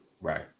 Right